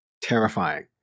terrifying